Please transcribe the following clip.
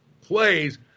plays